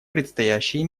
предстоящие